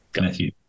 Matthew